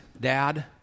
dad